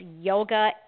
yoga